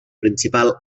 principal